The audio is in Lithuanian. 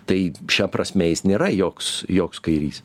tai šia prasme jis nėra joks joks kairys